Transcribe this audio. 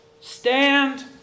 Stand